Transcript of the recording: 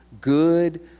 good